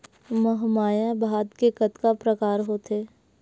महमाया भात के कतका प्रकार होथे?